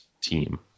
team